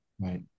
Right